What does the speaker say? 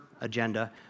agenda